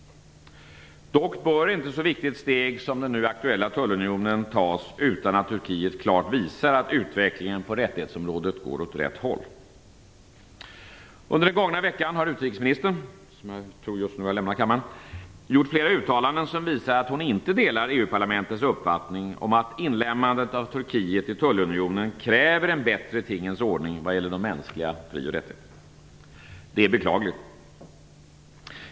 Dock bör inte ett så viktigt steg som den nu aktuella tullunionen tas utan att Turkiet klart visar att utvecklingen på rättighetsområdet går år rätt håll. Under den gångna veckan har utrikesministern, som jag tror just nu har lämnat kammaren, gjort flera uttalanden som visar att hon inte delar EU parlamentets uppfattning om att inlemmandet av Turkiet i tullunionen kräver en bättre tingens ordning vad gäller de mänskliga fri och rättigheterna. Det är beklagligt.